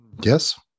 Yes